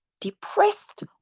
depressed